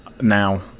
now